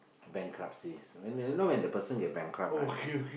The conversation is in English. bankruptcies when the when the you know when the person get bankrupt right